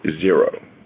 zero